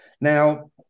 Now